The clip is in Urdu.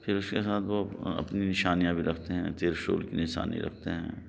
پھر اس کے ساتھ وہ اپنی نشانیاں بھی رکھتے ہیں ترشول کی نشانی رکھتے ہیں